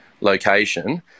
location